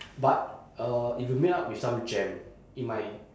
but uh if you meet up with some jam it might